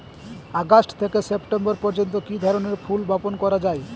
August থেকে September পর্যন্ত কি ধরনের ফুল বপন করা যায়?